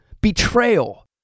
betrayal